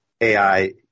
AI